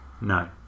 No